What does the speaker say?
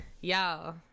Y'all